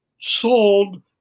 sold